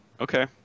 Okay